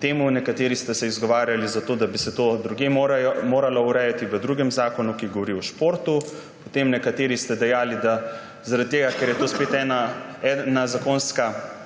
temu. Nekateri ste se izgovarjali, da bi se to moralo urejati drugje, v drugem zakonu, ki govori o športu. Nekateri ste dejali, da zaradi tega, ker je to spet ena zakonska